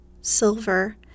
silver